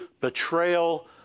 betrayal